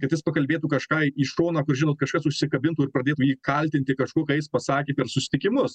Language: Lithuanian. kad jis pakalbėtų kažką į šoną kur žinot kažkas užsikabintų ir pradėtų jį kaltinti kažkokiais pasakė per susitikimus